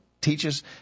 teaches